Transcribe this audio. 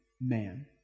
man